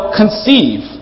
conceive